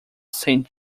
saint